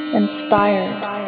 inspired